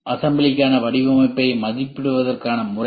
அசம்பிளிக்கான வடிவமைப்பை மதிப்பிடுவதற்கான முறைகள்